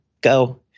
go